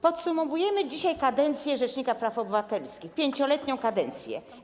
Podsumowujemy dzisiaj kadencję rzecznika praw obywatelskich, 5-letnią kadencję.